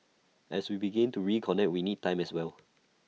as we begin to reconnect we need time as well